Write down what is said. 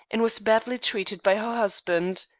and was badly treated by her husband.